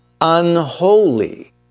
unholy